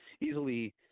easily